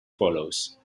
follows